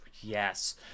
yes